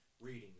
reading